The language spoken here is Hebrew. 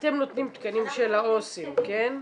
אתם נותנים תקנים של העו"סים כן?